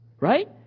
Right